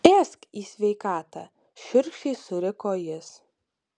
ėsk į sveikatą šiurkščiai suriko jis